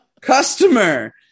Customer